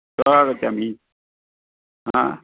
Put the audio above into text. श्वः आगच्छामि आ